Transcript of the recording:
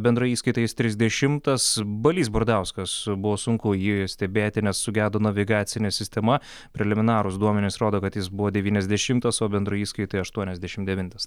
bendroje įskaitoje jis trisdešimtas balys bardauskas buvo sunku jį stebėti nes sugedo navigacinė sistema preliminarūs duomenys rodo kad jis buvo devyniasdešimtas o bendroje įskaitoje aštuoniasdešim devintas